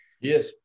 Yes